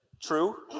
true